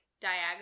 diagonal